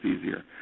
easier